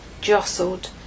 jostled